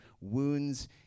wounds